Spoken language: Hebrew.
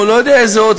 או לא יודע איזה אות,